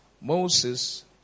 Moses